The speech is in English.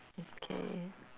okay